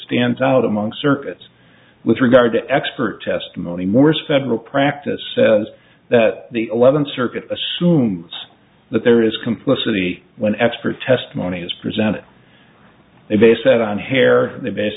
stands out among circuits with regard to expert testimony morris federal practice says that the eleventh circuit assumes that there is complicity when expert testimony is presented they base that on hair they base